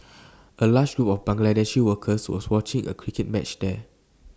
A large group of Bangladeshi workers was watching A cricket match there